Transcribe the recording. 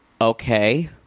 okay